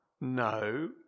No